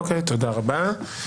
אוקי תודה רבה.